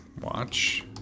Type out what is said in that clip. watch